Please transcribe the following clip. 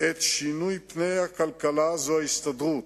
את שינוי פני הכלכלה זו ההסתדרות".